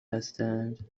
هستند